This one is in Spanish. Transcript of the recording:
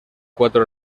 cuatro